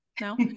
No